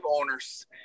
owners